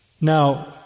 Now